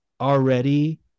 already